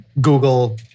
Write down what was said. Google